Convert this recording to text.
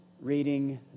reading